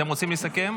אתם רוצים לסכם?